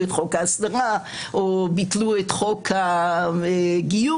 את חוק ההסדרה או ביטלו את חוק הגיוס.